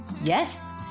Yes